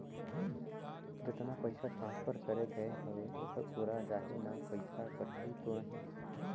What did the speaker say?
जतना पइसा ट्रांसफर करे गये हवे ओकर पूरा जाही न पइसा कटही तो नहीं?